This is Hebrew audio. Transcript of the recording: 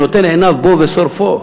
נותן עיניו בו ושורפו,